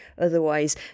Otherwise